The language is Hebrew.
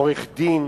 עורך-דין